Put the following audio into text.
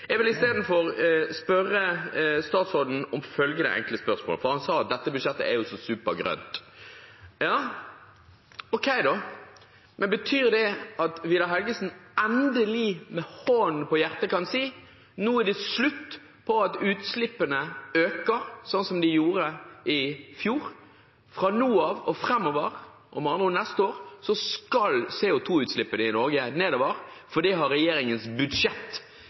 Jeg vil isteden stille statsråden følgende enkle spørsmål: Han sa at dette budsjettet er jo så supergrønt. Ok da, men betyr det at Vidar Helgesen endelig, med hånden på hjertet, kan si at nå er det slutt på at utslippene øker sånn som de gjorde i fjor – fra nå av og framover, med andre ord neste år, skal CO 2 -utslippene i Norge nedover, for det har regjeringens budsjett